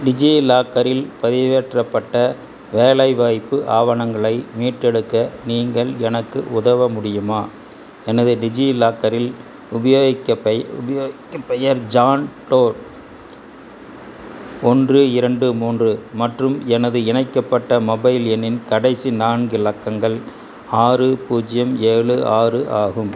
டிஜிலாக்கரில் பதிவேற்றப்பட்ட வேலைவாய்ப்பு ஆவணங்களை மீட்டெடுக்க நீங்கள் எனக்கு உதவ முடியுமா எனது டிஜிலாக்கரில் உபயோகிக்கப்பை உபயோக்கப் பெயர் ஜான் டோ ஒன்று இரண்டு மூன்று மற்றும் எனது இணைக்கப்பட்ட மொபைல் எண்ணின் கடைசி நான்கு இலக்கங்கள் ஆறு பூஜ்ஜியம் ஏழு ஆறு ஆகும்